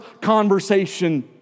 conversation